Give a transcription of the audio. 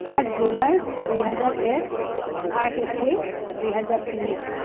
সাত জুলাই দুহেজাৰ এক আঠ এপ্ৰিল দুহেজাৰ তিনি